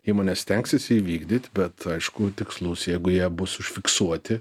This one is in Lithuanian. įmonės stengsis įvykdyt bet aišku tikslus jeigu jie bus užfiksuoti